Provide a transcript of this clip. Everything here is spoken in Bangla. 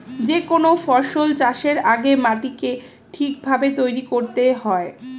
যে কোনো ফসল চাষের আগে মাটিকে ঠিক ভাবে তৈরি করতে হয়